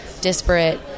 disparate